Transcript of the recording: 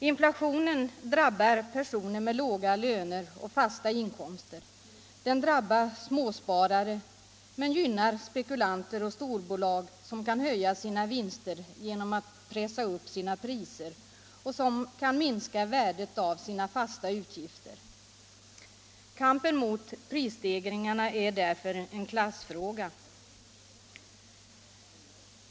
Inflationen drabbar personer med låga löner och fasta inkomster, den drabbar småsparare men gynnar spekulanter och storbolag som kan höja sina vinster genom att pressa upp sina priser och minska värdet av sina fasta utgifter. Kampen mot prisstegringarna är därför en klassfråga.